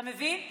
אתה מבין?